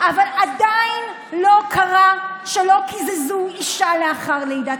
אבל עדיין לא קרה שלא קיזזו אישה לאחר לידה.